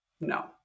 no